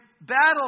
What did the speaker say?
battle